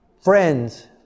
friends